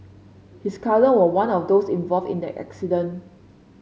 his cousin was one of those involved in that incident